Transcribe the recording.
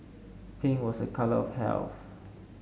pink was a colour of health